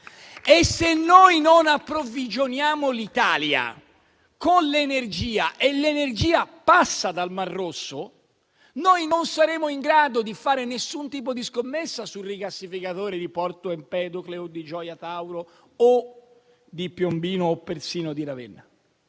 e, se noi non approvvigioniamo l'Italia con l'energia che passa dal Mar Rosso, noi non saremo in grado di fare nessun tipo di scommessa sui rigassificatori di Porto Empedocle, di Gioia Tauro, di Piombino o persino di Ravenna.